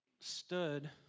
stood